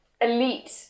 elite